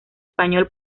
español